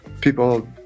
people